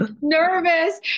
Nervous